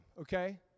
okay